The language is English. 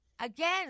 Again